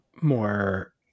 more